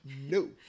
no